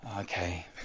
Okay